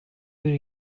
bir